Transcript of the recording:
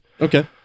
Okay